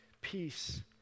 peace